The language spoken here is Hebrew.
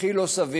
הכי לא סביר.